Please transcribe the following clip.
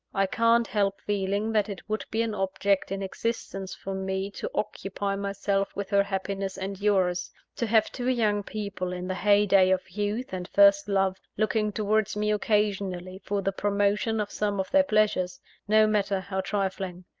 i can't help feeling that it would be an object in existence for me to occupy myself with her happiness and yours to have two young people, in the heyday of youth and first love, looking towards me occasionally for the promotion of some of their pleasures no matter how trifling.